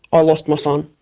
i lost my son.